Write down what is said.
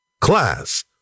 Class